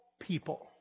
people